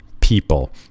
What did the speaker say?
people